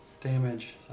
damage